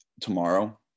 tomorrow